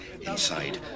inside